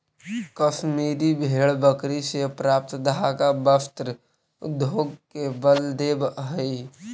कश्मीरी भेड़ बकरी से प्राप्त धागा वस्त्र उद्योग के बल देवऽ हइ